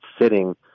sitting